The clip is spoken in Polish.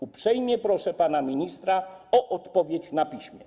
Uprzejmie proszę pana ministra o odpowiedź na piśmie.